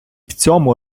цьому